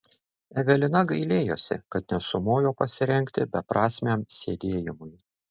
evelina gailėjosi kad nesumojo pasirengti beprasmiam sėdėjimui